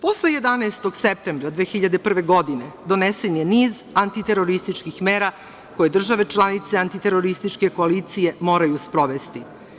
Posle 11. septembra 2001. godine, donesen je niz antiterorističkih mera koje države članice antirerostičke koalicije moraju sprovesti.